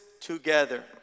together